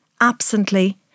absently